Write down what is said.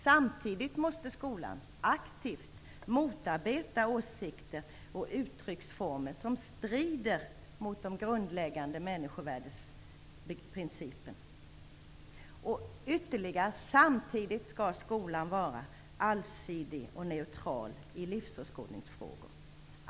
Samtidigt måste skolan aktivt motarbeta åsikter och uttrycksformer som strider mot de grundläggande människovärdesprinciperna. Dessutom skall skolan samtidigt vara allsidig och neutral i livsåskådningsfrågor.